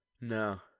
no